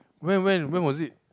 when when when was it